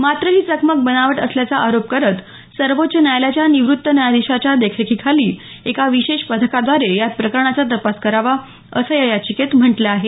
मात्र ही चकमक बनावट असल्याचा आरोप करत सर्वोच्च न्यायालयाच्या निवृत्त न्यायाधीशाच्या देखरेखीखाली एका विशेष पथकाद्वारे या प्रकरणाचा तपास करावा असं या याचिकेत म्हटलं आहे